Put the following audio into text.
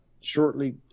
shortly